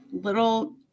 little